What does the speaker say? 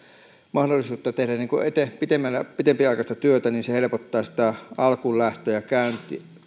mahdollisuutta tehdä pitempiaikaisesti työtä se helpottaa sitä alkuunlähtöä